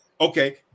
Okay